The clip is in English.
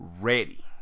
ready